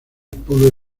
pudo